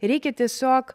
reikia tiesiog